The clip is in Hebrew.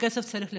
שכסף צריך לכבד,